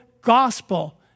gospel